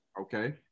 okay